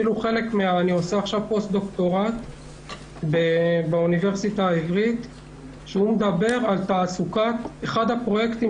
אני עושה עכשיו פוסט דוקטורט באוניברסיטה העברית ואחד הפרויקטים